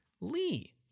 lee